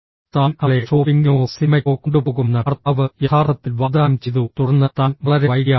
താൻ അവളെ ഷോപ്പിംഗിനോ സിനിമയ്ക്കോ കൊണ്ടുപോകുമെന്ന് ഭർത്താവ് യഥാർത്ഥത്തിൽ വാഗ്ദാനം ചെയ്തു തുടർന്ന് താൻ വളരെ വൈകിയാണ് വന്നത്